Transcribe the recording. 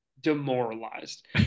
demoralized